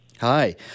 Hi